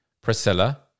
Priscilla